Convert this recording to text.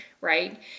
right